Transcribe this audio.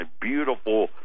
beautiful